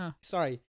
Sorry